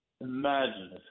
Imagine